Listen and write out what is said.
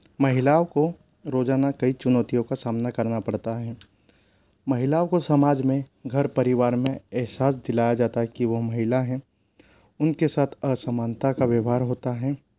महिलाओं को रोज़ाना कई चुनौतियों का सामना करना पड़ता है महिलाओं को समाज में घर परिवार में एहसास दिलाया जाता है कि वह महिला हैं उनके साथ असमानता का व्यवहार होता है